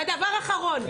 תודה.